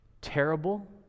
terrible